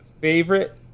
favorite